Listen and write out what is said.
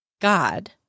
God